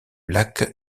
lac